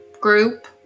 group